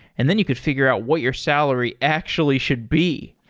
and then you could figure out what your salary actually should be.